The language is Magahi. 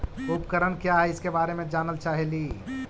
उपकरण क्या है इसके बारे मे जानल चाहेली?